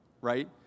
right